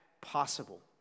possible